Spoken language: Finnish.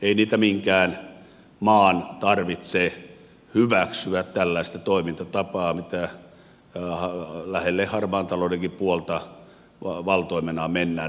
ei minkään maan tarvitse hyväksyä tällaista toimintatapaa missä lähelle harmaan taloudenkin puolta valtoimenaan mennään